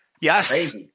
Yes